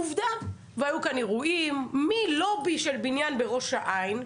עובדה שהיו כאן אירועים מלובי של בניין בראש העין,